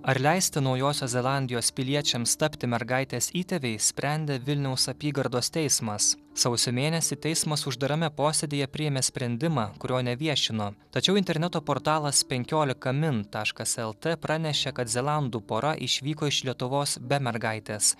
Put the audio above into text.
ar leisti naujosios zelandijos piliečiams tapti mergaitės įtėviais sprendė vilniaus apygardos teismas sausio mėnesį teismas uždarame posėdyje priėmė sprendimą kurio neviešino tačiau interneto portalas penkiolika min taškas lt pranešė kad zelandų pora išvyko iš lietuvos be mergaitės